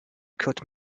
cut